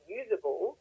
usable